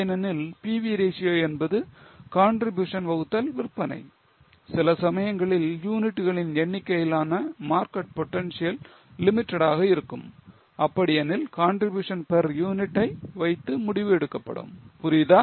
ஏனெனில் PV ratio என்பது contribution வகுத்தல் விற்பனை சில சமயங்களில் யூனிட்களின் எண்ணிக்கையிலான market potential limited ஆக இருக்கும் அப்படி எனில் contribution per unit ஐ வைத்து முடிவு எடுக்கப்படும் புரியுதா